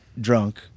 drunk